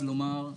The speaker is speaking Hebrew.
לומר,